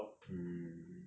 mm